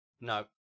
No